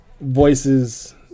voices